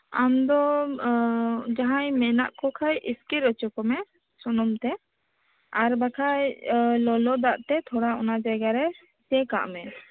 ᱟᱢ ᱫᱚ ᱡᱟᱦᱟᱸᱭ ᱢᱮᱱᱟᱜ ᱠᱚ ᱠᱷᱟᱱ ᱤᱥᱠᱤᱨ ᱚᱪᱚ ᱠᱚᱢᱮ ᱥᱩᱱᱩᱢ ᱛᱮ ᱟᱨ ᱵᱟᱠᱷᱟᱱ ᱞᱚᱞᱚ ᱫᱟᱜ ᱛᱮ ᱛᱷᱚᱲᱟ ᱚᱱᱟ ᱡᱟᱭᱜᱟ ᱨᱮ ᱥᱮᱠ ᱟᱜ ᱢᱮ